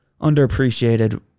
underappreciated